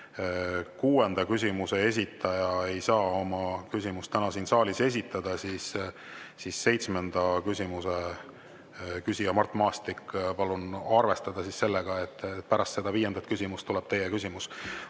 kuuenda küsimuse esitaja ei saa oma küsimust täna siin saalis esitada, siis seitsmenda küsimuse küsija Mart Maastik, palun arvestada sellega, et pärast viiendat küsimust tuleb teie küsimus.